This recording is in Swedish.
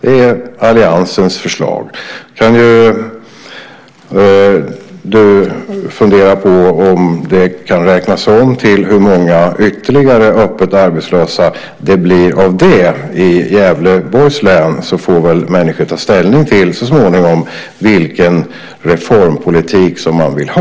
Det är alliansens förslag. Du kan ju fundera på hur många ytterligare öppet arbetslösa det blir i Gävleborgs län, så får väl människor så småningom ta ställning till vilken reformpolitik som man vill ha.